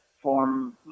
form